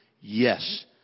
Yes